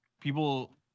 people